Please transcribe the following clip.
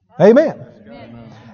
Amen